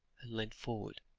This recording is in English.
and leant forward,